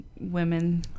women